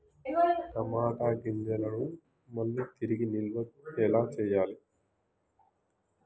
టమాట గింజలను మళ్ళీ తిరిగి నిల్వ ఎలా చేయాలి?